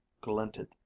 glinted